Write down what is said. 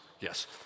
Yes